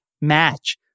match